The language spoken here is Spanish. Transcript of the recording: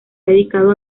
dedicado